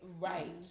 right